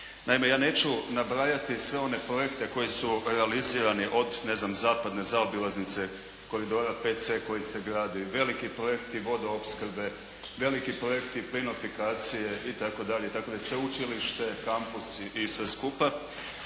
Naime, ja neću nabrajati sve one projekte koji su realizirani od ne zna, zapadne zaobilaznice koridora 5c koji se gradi, veliki projekti vodoopskrbe, veliki projekti plinofikacije itd., sveučilište, kampusi i sve skupa.